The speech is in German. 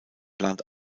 plant